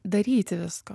daryti visko